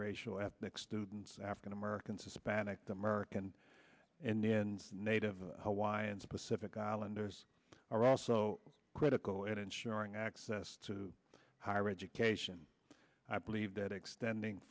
racial ethnic students african americans hispanics american indians native hawaiians pacific islanders are also critical in ensuring access to higher education i believe that extending